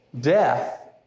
Death